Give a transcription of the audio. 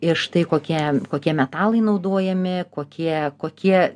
ir štai kokie kokie metalai naudojami kokie kokie